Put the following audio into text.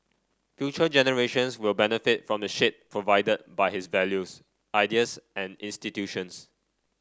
future generations will benefit from the shade provided by his values ideas and institutions